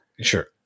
Sure